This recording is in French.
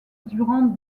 durant